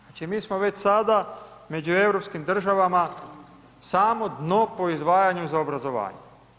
Znači mi smo već sada među europskim državama samo dno po izdvajanju za obrazovanje.